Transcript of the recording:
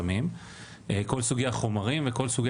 יש לכם בחירה ותדעו את